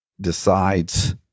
decides